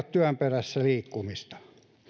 työn perässä liikkumista